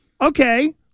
Okay